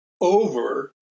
over